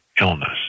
illness